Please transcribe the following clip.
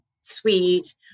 sweet